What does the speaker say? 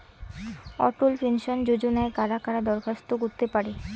অটল pension যোজনায় কারা কারা দরখাস্ত করতে পারে?